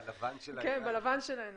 בלבן של העיניים.